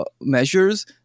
measures